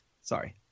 Sorry